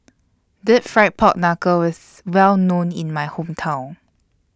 Deep Fried Pork Knuckle IS Well known in My Hometown